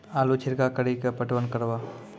आलू छिरका कड़ी के पटवन करवा?